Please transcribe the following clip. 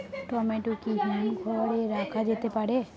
Tomato কি হিমঘর এ রাখা যেতে পারে?